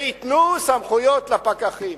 שייתנו סמכויות לפקחים.